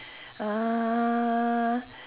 uh